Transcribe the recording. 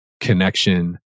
connection